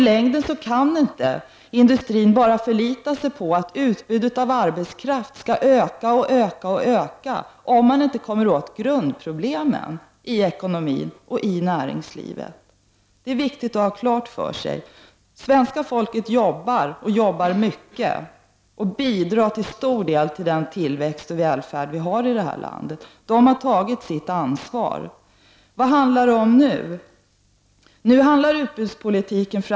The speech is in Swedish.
Industrin kan i längden inte förlita sig på att utbudet av arbetskraft bara skall öka och öka. För att det skall kunna ske gäller det att komma åt grundproblemen i ekonomin och näringslivet. Det är viktigt att ha detta klart för sig. Det svenska folket jobbar mycket och bidrar till stor del till tillväxten och välfärden i landet. Folket har tagit sitt ansvar. Vad handlar då utbudspolitiken om?